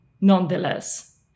nonetheless